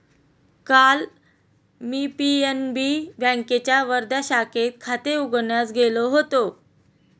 काल मी पी.एन.बी बँकेच्या वर्धा शाखेत खाते उघडण्यास गेलो होतो